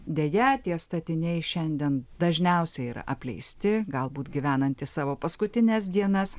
deja tie statiniai šiandien dažniausiai yra apleisti galbūt gyvenantys savo paskutines dienas